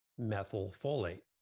methylfolate